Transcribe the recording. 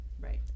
Right